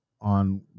on